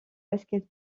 basket